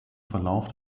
verlauf